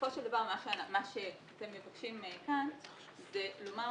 בסופו של דבר מה שאתם מבקשים כאן זה לומר